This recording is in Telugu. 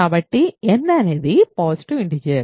కాబట్టి n అనేది పాజిటివ్ ఇంటిజర్